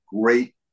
great